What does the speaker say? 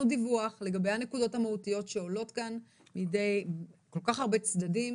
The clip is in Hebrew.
דיווח לגבי הנקודות המהותיות שעולות כאן בידי כל כך הרבה צדדים,